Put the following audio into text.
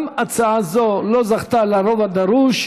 גם הצעה זו לא זכתה לרוב הדרוש.